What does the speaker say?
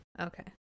Okay